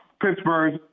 Pittsburgh